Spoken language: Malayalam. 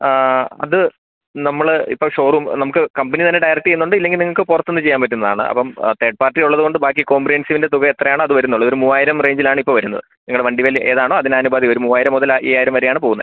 ആ അത് നമ്മൾ ഇപ്പം ഷോറൂം നമുക്ക് കമ്പനി തന്നെ ഡയറക്ട് ചെയ്യുന്നുണ്ട് ഇല്ലെങ്കിൽ നിങ്ങൾക്ക് പുറത്ത് നിന്ന് ചെയ്യാൻ പറ്റുന്നതാണ് അപ്പം ആ തേർഡ് പാർട്ടി ഉള്ളത് കൊണ്ട് ബാക്കി കോംപ്രീഹെൻസീവിൻ്റെ തുക എത്രയാണോ അത് വരുന്നുള്ളൂ ഒരു മൂവായിരം റേഞ്ചിലാണിപ്പം വരുന്നത് നിങ്ങളുടെ വണ്ടി വലിയ ഏതാണോ അതിനനുപാതി ഒര് മൂവായിരം മുതൽ അയ്യായിരം വരെയാണ് പോകുന്നത്